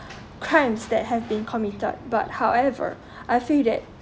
crimes that have been committed but however I feel that